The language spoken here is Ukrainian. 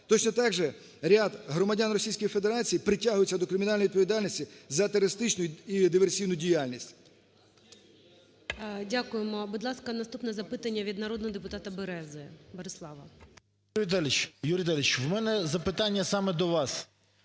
Точно так же ряд громадян Російської Федерації притягуються до кримінальної відповідальності за терористичну і диверсійну діяльність. ГОЛОВУЮЧИЙ. Дякуємо. Будь ласка, наступне запитання від народного депутата Берези Борислава. 13:51:27 БЕРЕЗА Б.Ю. Юрій Віталійович, у мене запитання саме до вас.